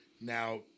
Now